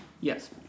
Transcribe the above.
Yes